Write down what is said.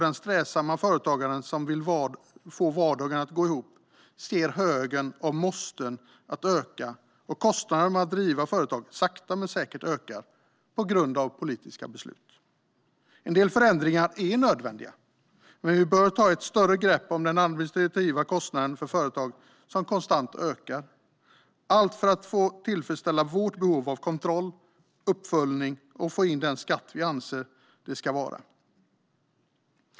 Den strävsamma företagare som vill få vardagen att gå ihop ser högen av måsten växa och att kostnaderna för att driva företag sakta men säkert ökar, på grund av politiska beslut. En del förändringar är nödvändiga. Men vi bör ta ett större grepp om de administrativa kostnaderna för företag. Det är kostnader som konstant ökar, för att tillfredsställa vårt behov av kontroll, uppföljning och att få in den skatt som vi anser att det ska vara.